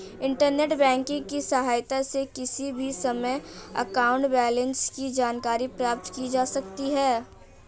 internet banking की सहायता से किसी भी समय अकाउंट बैलेंस की जानकारी प्राप्त की जा सकती है